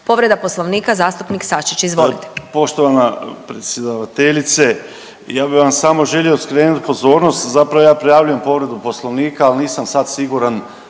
(Hrvatski suverenisti)** Poštovana predsjedateljice ja bi vam samo želio skrenuti pozornost, zapravo ja prijavljujem povredu Poslovnika ali nisam sad siguran